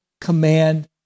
command